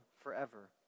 forever